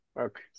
Okay